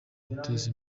guteza